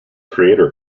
creator